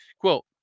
Quote